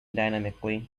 dynamically